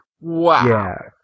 Wow